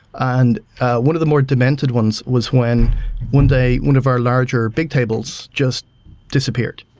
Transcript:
and one of the more demented ones was when one day one of our larger big tables just disappeared